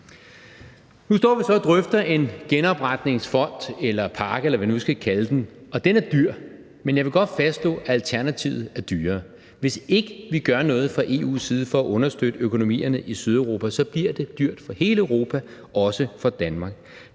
Nu står vi så og drøfter en genopretningsfond eller -pakke, eller hvad vi nu skal kalde den, og den er dyr. Men jeg vil godt fastslå, at alternativet er dyrere. Hvis ikke vi gør noget fra EU's side for at understøtte økonomierne i Sydeuropa, bliver det dyrt for hele Europa, også for Danmark.